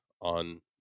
on